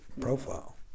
profile